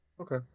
Okay